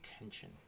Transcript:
attention